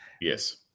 Yes